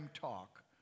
talk